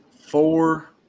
four